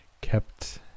kept